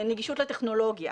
הנגישות לטכנולוגיה.